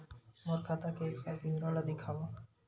मोर खाता के एक साल के विवरण ल दिखाव?